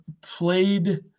played –